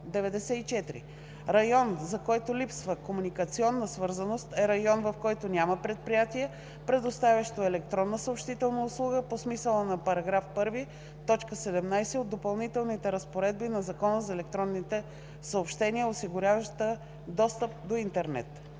„Район, за който липсва комуникационна свързаност“, е район, в който няма предприятие, предоставящо електронна съобщителна услуга по смисъла на § 1, т. 17 от допълнителните разпоредби на Закона за електронните съобщения, осигуряваща достъп до интернет.“